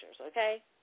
okay